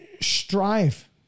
strive